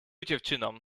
dziewczyną